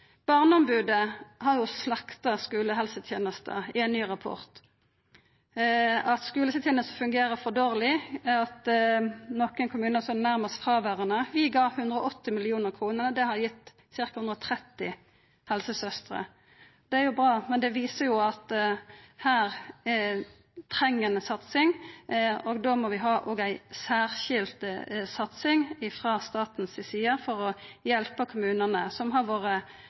Barneombodet har slakta skulehelsetenesta i ein ny rapport – at skulehelsetenesta fungerer for dårleg, i nokre kommunar er ho nærast fråverande. Vi ga 180 mill. kr. Det har gitt ca. 130 helsesøstrer. Det er bra, men det viser at her treng ein satsing, og då må vi òg ha ei særskild satsing frå staten si side for å hjelpa kommunane, som ikkje har vore